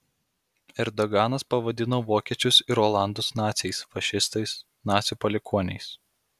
erdoganas pavadino vokiečius ir olandus naciais fašistais nacių palikuoniais